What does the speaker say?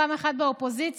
פעם אחת באופוזיציה.